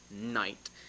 night